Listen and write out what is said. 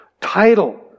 title